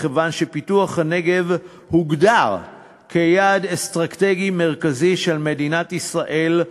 מכיוון שפיתוח הנגב הוגדר יעד אסטרטגי מרכזי של מדינת ישראל,